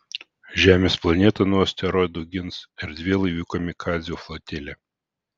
žemės planetą nuo asteroidų gins erdvėlaivių kamikadzių flotilė